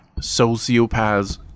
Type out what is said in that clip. sociopaths